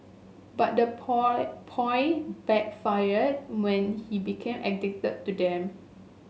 but the ploy backfired when he became addicted to them